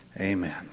amen